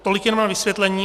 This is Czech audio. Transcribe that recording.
Tolik jenom na vysvětlení.